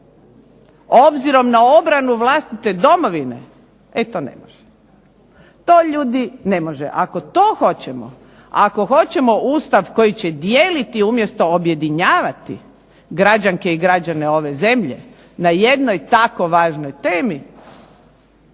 obzirom na obranu vlastite domovine, e to ne može. To ljudi ne može, ako to hoćemo, ako hoćemo Ustav koji će dijeliti umjesto objedinjavati građanke i građane ove zemlje na jednoj tako važnoj temi,